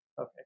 Okay